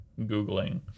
Googling